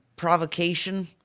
Provocation